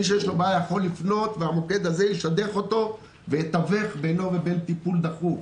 שמי שיש לו בעיה יכול לפנות והמוקד הזה יתווך בינו ובין טיפול דחוף.